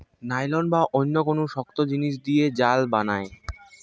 nylon বা অন্য কুনু শক্ত জিনিস দিয়ে জাল বানায়